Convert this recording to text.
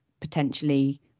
potentially